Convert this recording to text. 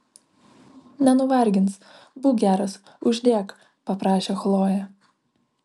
nenuvargins būk geras uždėk paprašė chlojė